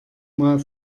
mal